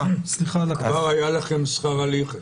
כבר היה לכם שכר הליכה.